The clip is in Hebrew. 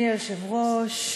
היושב-ראש,